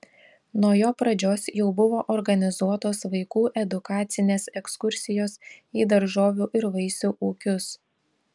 nuo jo pradžios jau buvo organizuotos vaikų edukacinės ekskursijos į daržovių ir vaisių ūkius